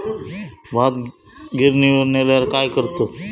भात गिर्निवर नेल्यार काय करतत?